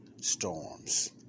storms